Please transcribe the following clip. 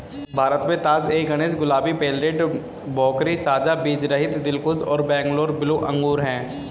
भारत में तास ए गणेश, गुलाबी, पेर्लेट, भोकरी, साझा बीजरहित, दिलखुश और बैंगलोर ब्लू अंगूर हैं